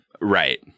right